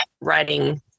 writing